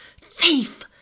Thief